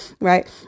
Right